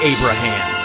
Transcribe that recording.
Abraham